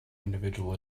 individual